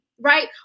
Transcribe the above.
right